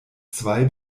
zwei